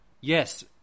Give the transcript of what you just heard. Yes